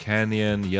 Canyon